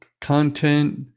content